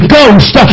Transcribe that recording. Ghost